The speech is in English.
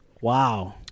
Wow